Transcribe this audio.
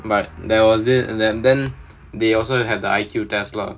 but there was this that then they also have the I_Q test lah